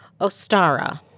Ostara